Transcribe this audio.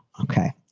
ok.